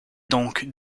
donc